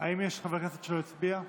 האם יש חבר כנסת שלא הצביע?